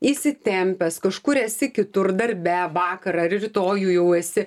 įsitempęs kažkur esi kitur darbe vakar ar rytoj jau esi